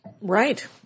Right